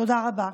תודה רבה.